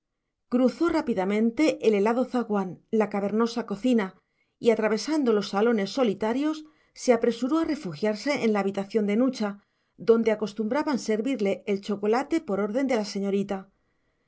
cruzó rápidamente el helado zaguán la cavernosa cocina y atravesando los salones solitarios se apresuró a refugiarse en la habitación de nucha donde acostumbraban servirle el chocolate por orden de la señorita